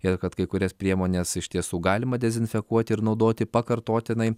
ir kad kai kurias priemones iš tiesų galima dezinfekuoti ir naudoti pakartotinai